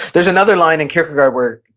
there's another line in kierkegaard where,